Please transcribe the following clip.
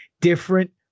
different